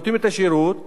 שהוא צריך לשלם.